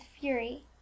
fury